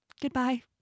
Goodbye